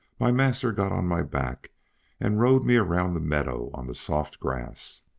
my master got on my back and rode me around the meadow on the soft grass.